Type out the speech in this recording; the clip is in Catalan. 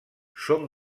són